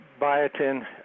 biotin